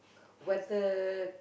whether